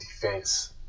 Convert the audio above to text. defense